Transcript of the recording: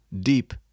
deep